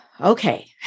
okay